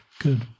Good